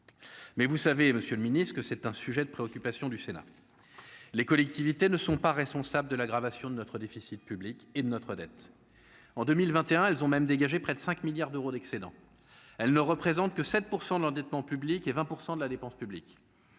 mais vous savez, Monsieur le Ministre, que c'est un sujet de préoccupation du Sénat, les collectivités ne sont pas responsables de l'aggravation de notre déficit public et de notre dette en 2021, elles ont même dégagé près de 5 milliards d'euros d'excédents, elle ne représente que sept % l'endettement public et 20 % de la dépense publique,